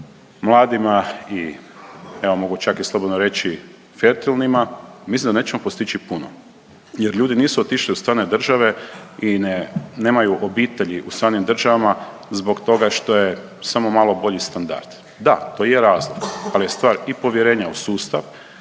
mladima i evo mogu čak i slobodno reći fertilnima, mislim da nećemo postići puno jer ljudi nisu otišli u strane države i ne, nemaju obitelji u stranim državama zbog toga što je samo malo bolji standard. Da, to je razlog, al je stvar i povjerenja u sustav,